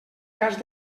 cas